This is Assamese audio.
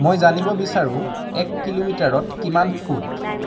মই জানিব বিচাৰোঁ এক কিলোমিটাৰত কিমান ফুট